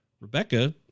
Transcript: Rebecca